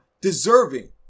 deserving